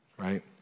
right